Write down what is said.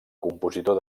compositor